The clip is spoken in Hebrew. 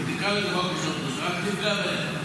אם תקרא לו "חוק השתמטות", אתה רק תפגע בהם.